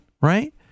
right